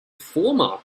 former